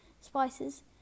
spices